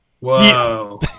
Wow